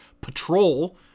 patrol